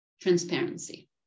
transparency